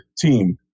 team